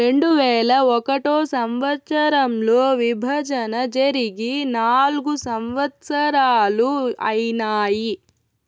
రెండువేల ఒకటో సంవచ్చరంలో విభజన జరిగి నాల్గు సంవత్సరాలు ఐనాయి